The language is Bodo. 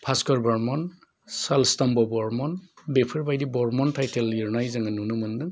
भास्कर बर्मन सालस्थमब' बर्मन बेफोरबायदि बर्मन थाइथेल लिरनाय जोङो नुनो मोन्दों